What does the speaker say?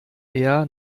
eher